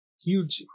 huge